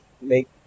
make